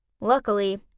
Luckily